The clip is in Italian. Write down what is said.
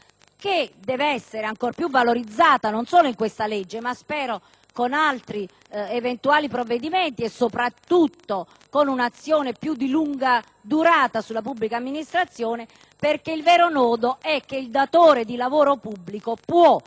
che deve essere invece ancor più valorizzata non solo in questa legge, ma spero anche con altri eventuali provvedimenti e, soprattutto, con un'azione di più lunga durata sulla pubblica amministrazione. Il vero nodo, infatti, è che il datore di lavoro pubblico può,